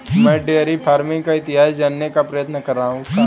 मैं dairy farming का इतिहास जानने का प्रयत्न कर रहा हूं